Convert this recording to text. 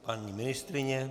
Paní ministryně?